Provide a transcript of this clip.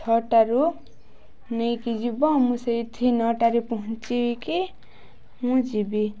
ଛଅଟାରୁ ନେଇକି ଯିବ ମୁଁ ସେଇଠି ନଅଟାରେ ପହଞ୍ଚିକି ମୁଁ ଯିବି